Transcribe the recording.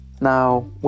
Now